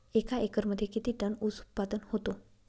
एका एकरमध्ये किती टन ऊस उत्पादन होतो?